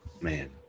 man